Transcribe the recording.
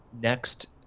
next